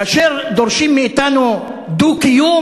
כאשר דורשים מאתנו דו-קיום,